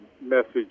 message